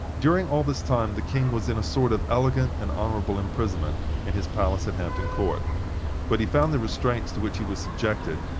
during all this time the king was in a sort of elegant and honorable imprisonment in his palace at hampton court but he found the restraints to which he was subjected,